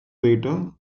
later